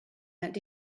and